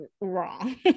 wrong